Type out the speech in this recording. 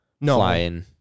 No